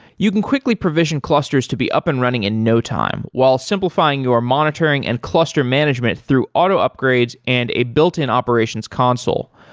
you can quickly provision clusters to be up and running in no time while simplifying your monitoring and cluster management through auto upgrades and a built-in operations console.